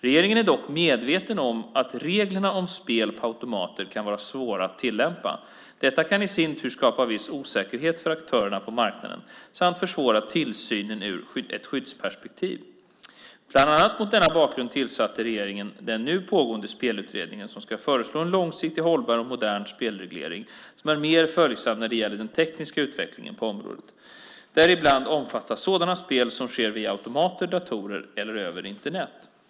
Regeringen är dock medveten om att reglerna om spel på automater kan vara svåra att tillämpa. Detta kan i sin tur skapa viss osäkerhet för aktörerna på marknaden och försvåra tillsynen ur ett skyddsperspektiv. Bland annat mot denna bakgrund tillsatte regeringen den nu pågående Spelutredningen som ska föreslå en långsiktigt hållbar och modern spelreglering som är mer följsam när det gäller den tekniska utvecklingen på området. Däribland omfattas sådant spel som sker via automater, datorer eller över Internet.